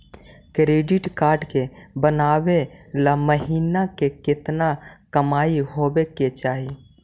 Credit card बनबाबे ल महीना के केतना कमाइ होबे के चाही?